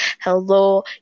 hello